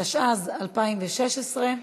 התשע"ז 2016,